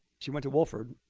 she went to wofford.